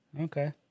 okay